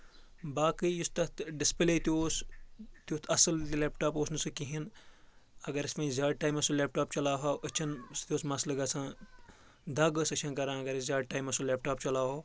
باقٕے یُس تَتھ ڈِسپٕلے تہِ اوس تیُتھ اَصٕل لیپ ٹاپ اوس نہٕ سُہ کِہیٖنۍ اگر أسۍ وۄنۍ زیادٕ ٹایمَس لیپ ٹاپ چلاوہو أچھَن سۭتۍ تہِ اوس مَسلہٕ گژھان دَگ ٲس أچھَن کَران اگر أسۍ زیادٕ ٹایمَس سُہ لیپ ٹاپ چَلاوہو